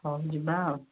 ହଉ ଯିବା ଆଉ